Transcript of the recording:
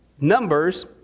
Numbers